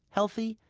healthy,